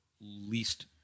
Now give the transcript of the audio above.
least